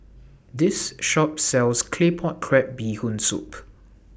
This Shop sells Claypot Crab Bee Hoon Soup